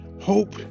hope